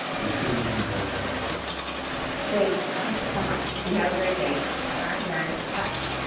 we couldn't be more excited thanks thank you so much and have a great day bye, guys bye